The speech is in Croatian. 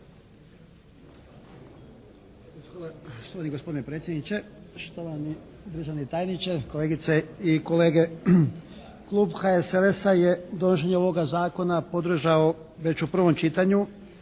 Hvala gospodine predsjedniče. Štovani državni tajniče, kolegice i kolege. Klub HSLS-a je donošenje ovoga zakona podržao već u prvom čitanju